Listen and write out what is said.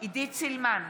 עידית סילמן,